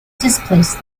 displaced